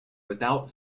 without